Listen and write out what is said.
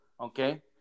Okay